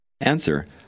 Answer